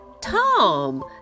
Tom